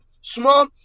small